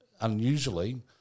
unusually